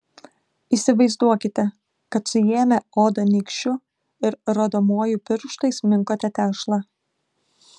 įsivaizduokite kad suėmę odą nykščiu ir rodomuoju pirštais minkote tešlą